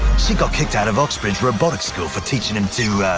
she got kicked out of oxford robotics school for teaching them to,